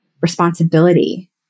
responsibility